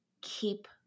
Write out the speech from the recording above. keep